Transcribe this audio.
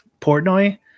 portnoy